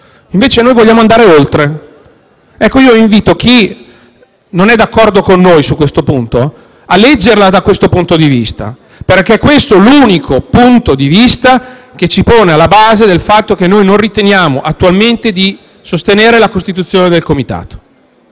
Invece noi vogliamo andare oltre. Io invito chi non è d'accordo con noi su questo aspetto a leggere la questione da questo punto di vista, perché questo è l'unico punto di vista che ci pone alla base del fatto che noi non riteniamo attualmente di sostenere la costituzione del Comitato.